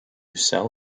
cell